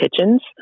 kitchens